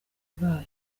bwayo